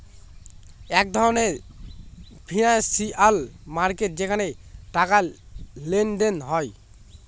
এক ধরনের financial market যেখানে টাকার লেনদেন হয়